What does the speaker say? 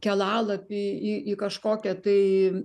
kelalapį į į kažkokią tai